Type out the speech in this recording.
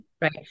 Right